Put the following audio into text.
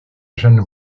jeanne